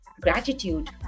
gratitude